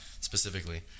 Specifically